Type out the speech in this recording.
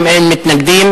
2010, נתקבל.